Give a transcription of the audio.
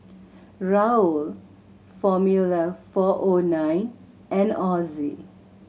Raoul Formula Four O Nine and Ozi